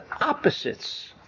opposites